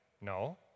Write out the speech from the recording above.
No